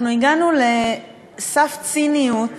אנחנו הגענו לסף ציניות